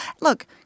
Look